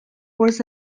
was